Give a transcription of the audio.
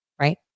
right